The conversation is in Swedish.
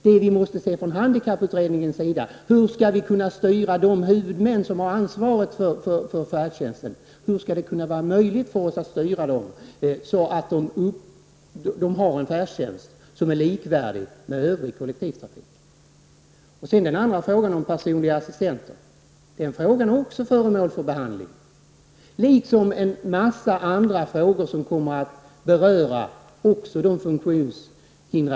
Det handikapputredningen skall titta på är hur man skall kunna styra de huvudmän som har ansvaret för färdtjänsten. Hur skall det bli möjligt för oss att styra dem så att de har en färdtjänst som är likvärdig med övrig kollektivtrafik? Sedan till frågan om personliga assistenter. Den frågan är liksom en mängd andra frågor som också berör de funktionshindrade föräldrarna också föremål för behandling.